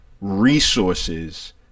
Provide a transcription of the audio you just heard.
resources